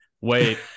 wait